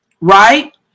right